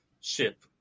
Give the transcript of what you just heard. ship